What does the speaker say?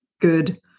good